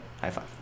high-five